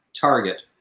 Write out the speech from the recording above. target